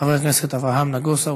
חבר הכנסת אברהם נגוסה,